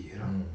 mmhmm